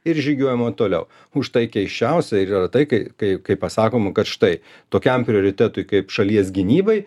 ir žygiuojama toliau už tai keisčiausia ir yra tai kai kai kai pasakoma kad štai tokiam prioritetui kaip šalies gynybai